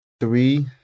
three